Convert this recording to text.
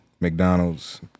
mcdonald's